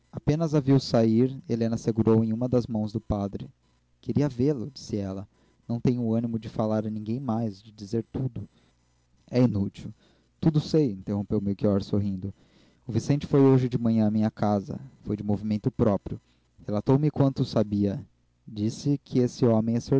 a viu sair helena segurou em uma das mãos do padre queria vê-lo disse ela não tenho ânimo de falar a ninguém mais de dizer tudo e inútil tudo sei interrompeu melchior sorrindo o vicente foi hoje de manhã à minha casa foi de movimento próprio relatou me quanto sabia disse-me que esse homem